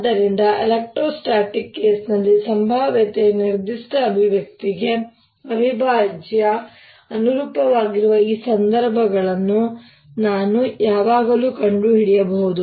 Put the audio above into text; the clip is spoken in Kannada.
ಆದ್ದರಿಂದ ಎಲೆಕ್ಟ್ರೋಸ್ಟ್ಯಾಟಿಕ್ ಕೇಸ್ನಲ್ಲಿ ಸಂಭಾವ್ಯತೆಯ ನಿರ್ದಿಷ್ಟ ಅಭಿವ್ಯಕ್ತಿಗೆ ಅವಿಭಾಜ್ಯ ಅನುರೂಪವಾಗಿರುವ ಈ ಸಂದರ್ಭಗಳನ್ನು ನಾನು ಯಾವಾಗಲೂ ಕಂಡುಹಿಡಿಯಬಹುದು